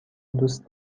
دوست